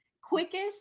quickest